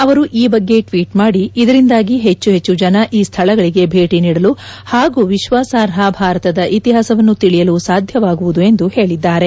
ಅವರು ಈ ಬಗ್ಗೆ ಟ್ವೀಟ್ ಮಾದಿ ಇದರಿಂದಾಗಿ ಹೆಚ್ಚು ಹೆಚ್ಚು ಜನ ಈ ಸ್ಥಳಗಳಿಗೆ ಭೇಟಿ ನೀಡಲು ಹಾಗೂ ವಿಶ್ವಾಸಾರ್ಹ ಭಾರತದ ಇತಿಹಾಸವನ್ನು ತಿಳಿಯಲು ಸಾಧ್ಯವಾಗುವುದು ಎಂದು ಹೇಳಿದ್ದಾರೆ